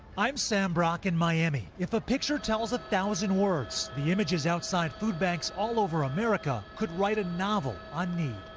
i'm sam brock in miami. if a picture tells a thousand words the images outside food banks all over america could write a novel on need.